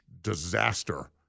disaster